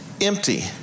empty